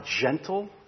gentle